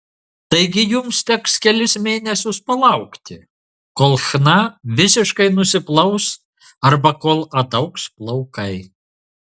taigi jums teks kelis mėnesius palaukti kol chna visiškai nusiplaus arba kol ataugs plaukai